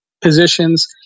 positions